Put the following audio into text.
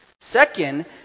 Second